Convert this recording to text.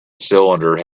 cylinder